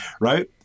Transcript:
Right